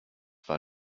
war